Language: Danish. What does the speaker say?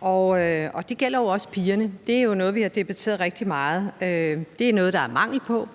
og det gælder også pigerne. Det er jo noget, vi har debatteret rigtig meget. Det er noget, der er mangel på,